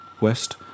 West